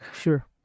Sure